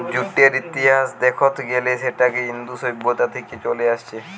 জুটের ইতিহাস দেখত গ্যালে সেটা ইন্দু সভ্যতা থিকে চলে আসছে